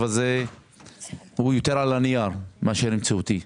הזה הוא יותר על הנייר מאשר מציאותי.